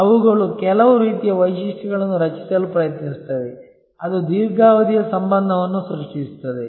ಅವುಗಳು ಕೆಲವು ರೀತಿಯ ವೈಶಿಷ್ಟ್ಯಗಳನ್ನು ರಚಿಸಲು ಪ್ರಯತ್ನಿಸುತ್ತವೆ ಅದು ದೀರ್ಘಾವಧಿಯ ಸಂಬಂಧವನ್ನು ಸೃಷ್ಟಿಸುತ್ತದೆ